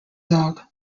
dog